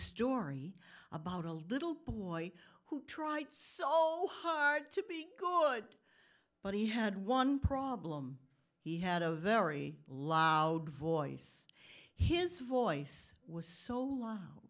story about a little boy who tried so hard to be good but he had one problem he had a very loud voice his voice was so lo